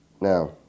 Now